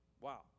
Wow